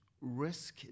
risk